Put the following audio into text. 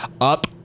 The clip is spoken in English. up